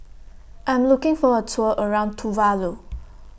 I'm looking For A Tour around Tuvalu